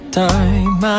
time